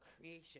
creation